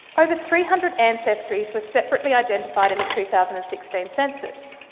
over three hundred ancestries were separately identified in the two thousand and sixteen census.